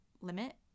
limit